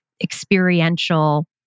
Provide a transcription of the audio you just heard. experiential